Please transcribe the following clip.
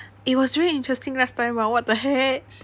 it was really interesting last time [what] what the heck